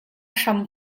hram